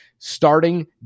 Starting